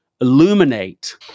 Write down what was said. illuminate